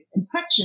infection